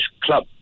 club